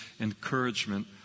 encouragement